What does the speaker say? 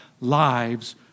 lives